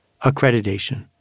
accreditation